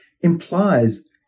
implies